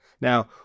Now